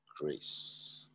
grace